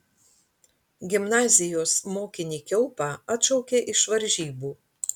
gimnazijos mokinį kiaupą atšaukė iš varžybų